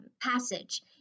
passage